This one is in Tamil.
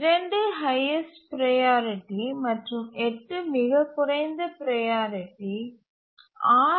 2 ஹைஎஸ்ட் ப்ரையாரிட்டி மற்றும் 8 மிகக் குறைந்த ப்ரையாரிட்டி